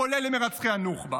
כולל למרצחי הנוח'בה,